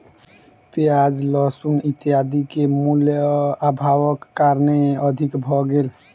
प्याज लहसुन इत्यादि के मूल्य, अभावक कारणेँ अधिक भ गेल